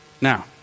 now